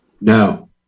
No